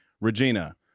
Regina